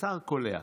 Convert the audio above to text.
קצר קולע,